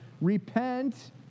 repent